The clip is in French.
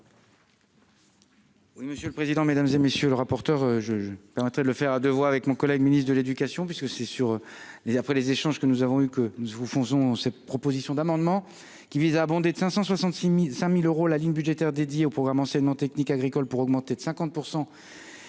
monsieur le président, Mesdames et messieurs, le rapporteur je train de le faire à deux voies avec mon collègue ministre de l'Éducation puisque c'est sur les après les échanges que nous avons eu que nous vous faisons ces propositions d'amendement qui vise à abonder de 566000 5000 euros la ligne budgétaire dédiée au programme enseignement technique agricole pour augmenter de 50